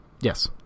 Yes